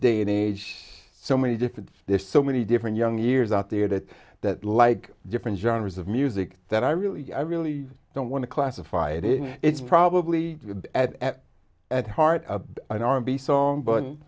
day and age so many different there's so many different young years out there that that like different genres of music that i really i really don't want to classify it is it's probably at heart an r and b song but